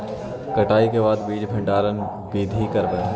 कटाई के बाद बीज भंडारन बीधी करबय?